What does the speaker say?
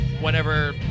whenever